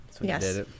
Yes